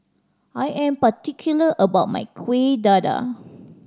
I am particular about my Kuih Dadar